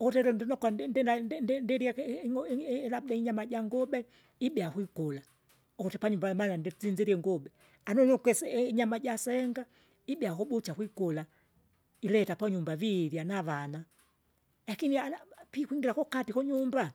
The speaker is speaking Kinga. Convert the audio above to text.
uku elo ndinokwa ndi- ndina ndi- ndi- ndirya ikihi ing'u i- i- labda inyama jangube, ibea kwikula ukuti panyumba mala ndisinzire ingube, anunukese i- inyama jasenga. Ibya kubucha kwikula, ileta ponyumba virya navana, lakini anaba pikwingira kukati kunyumba,